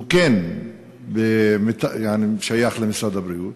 שהוא כן שייך למשרד הבריאות,